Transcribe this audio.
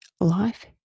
life